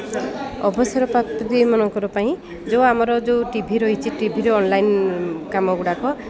ଅବସର ପ୍ରପତିମାନଙ୍କର ପାଇଁ ଯେଉଁ ଆମର ଯୋଉ ଟିଭି ରହିଛି ଟିଭିରେ ଅନଲାଇନ୍ କାମ ଗୁଡ଼ାକ